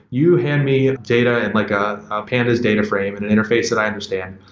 you hand me ah data and like ah ah pandas data frame and an interface that i understand.